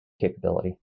capability